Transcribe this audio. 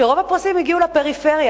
שרוב הפרסים הגיעו לפריפריה,